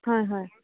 হয় হয়